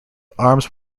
arms